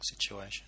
situation